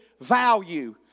value